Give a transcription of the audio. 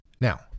Now